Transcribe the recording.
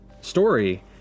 story